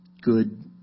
good